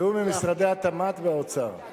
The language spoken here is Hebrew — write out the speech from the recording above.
תיאום עם משרדי התמ"ת והאוצר.